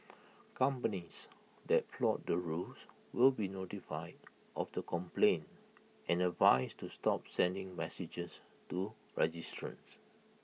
companies that flout the rules will be notified of the complaint and advised to stop sending messages to registrants